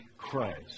Christ